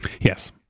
Yes